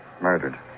Murdered